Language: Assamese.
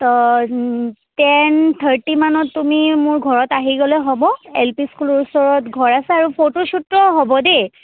ত' টেন থ্ৰাৰ্টি মানত তুমি মোৰ ঘৰত আহি গ'লে হ'ব এল পি স্কুলৰ ওচৰত ঘৰ আছো আৰু ফটোশ্বটো হ'ব দেই